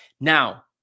Now